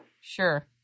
Sure